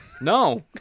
No